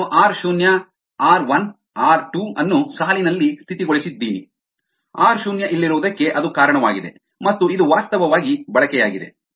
ನಾನು ಆರ್ ಶೂನ್ಯ R 1 R 2 ಅನ್ನು ಸಾಲಿನಲ್ಲಿ ಸ್ಥಿತಿಗೊಳಿಸಿದ್ದೀನಿ ಆರ್ ಶೂನ್ಯ ಇಲ್ಲಿರುವುದಕ್ಕೆ ಅದು ಕಾರಣವಾಗಿದೆ ಮತ್ತು ಇದು ವಾಸ್ತವವಾಗಿ ಬಳಕೆಯಾಗಿದೆ